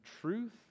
truth